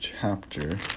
chapter